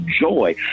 joy